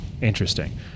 Interesting